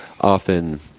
often